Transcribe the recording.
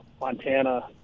Montana